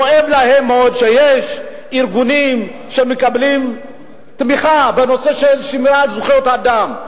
כואב להם מאוד שיש ארגונים שמקבלים תמיכה בנושא של שמירת זכויות האדם,